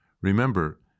Remember